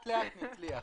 הרצנו.